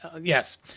Yes